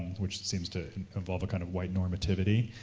which seems to involve a kind of white-normativity.